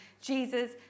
Jesus